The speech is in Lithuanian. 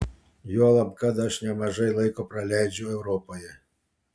juolab kad aš nemažai laiko praleidžiu europoje